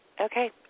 okay